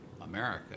America